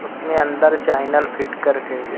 اس میں اندر channel fit کر کے